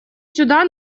сюда